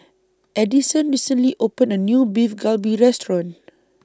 Addison recently opened A New Beef Galbi Restaurant